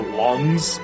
lungs